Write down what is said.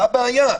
מה הבעיה?